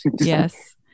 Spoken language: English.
Yes